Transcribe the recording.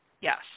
Yes